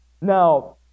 Now